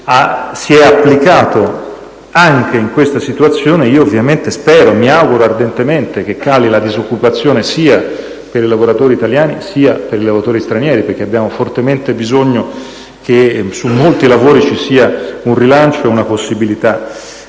stata applicata anche in questa situazione. Ovviamente spero e mi auguro ardentemente che cali la disoccupazione sia per i lavoratori italiani sia per quelli stranieri, perché abbiamo fortemente bisogno che su molti lavori ci sia un rilancio e una possibilità.